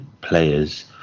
players